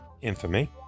infamy